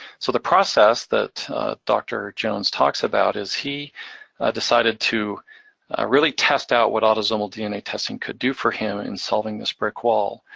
so the process that dr. jones talks about is he decided to really test out what autosomal dna testing could do for him in solving this brick wall.